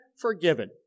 forgiven